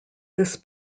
this